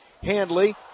Handley